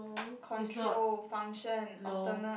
control function alternate